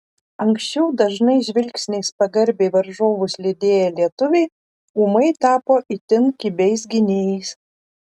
anksčiau dažnai žvilgsniais pagarbiai varžovus lydėję lietuviai ūmai tapo itin kibiais gynėjais